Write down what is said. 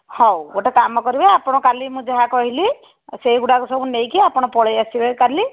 ହଉ ଗୋଟେ କାମ କରିବେ ଆପଣ କାଲି ମୁଁ ଯାହା କହିଲି ସେଗୁଡ଼ାକ ସବୁ ନେଇକି ଆପଣ ପଳାଇ ଆସିବେ କାଲି